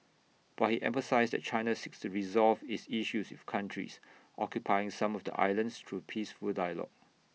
but he emphasised that China seeks to resolve its issues with countries occupying some of the islands through peaceful dialogue